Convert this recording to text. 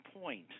point